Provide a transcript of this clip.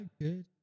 good